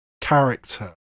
character